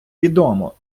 відомо